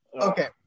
okay